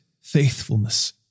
faithfulness